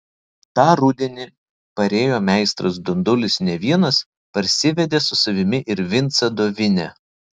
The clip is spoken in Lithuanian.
tą rudenį parėjo meistras dundulis ne vienas parsivedė su savimi ir vincą dovinę